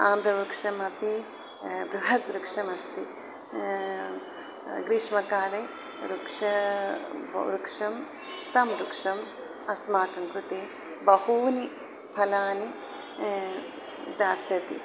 आम्रवृक्षम् अपि बृहत् वृक्षम् अस्ति ग्रीष्मकाले वृक्ष वृक्षं तं वृक्षम् अस्माकं कृते बहूनि फलानि दास्यन्ति